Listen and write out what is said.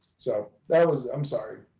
so that was i'm sorry.